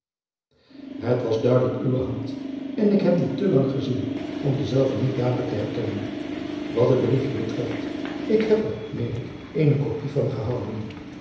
het was duidelijk uwe hand ik heb die te lang gezien om dezelve niet dadelijk te herkennen wat het briefje betreft ik heb er meen ik eene kopij van gehouden